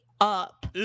up